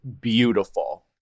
beautiful